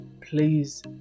please